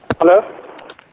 Hello